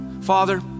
Father